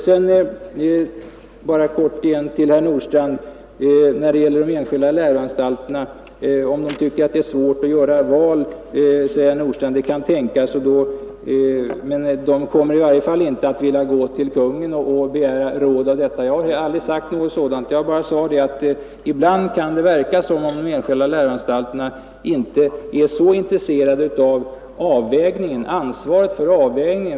Herr Nordstrandh säger att de enskilda läroanstalterna kan tycka det är svårt att göra val, men de kommer i varje fall inte att vilja gå till Kungl. Maj:t och begära råd. Jag har aldrig sagt något sådant. Jag har sagt att ibland kan det verka som om de enskilda läroanstalterna inte är så intresserade av ansvaret för! avvägningen.